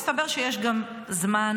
מסתבר שיש גם זמן